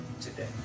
today